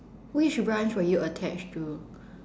which branch were you attached to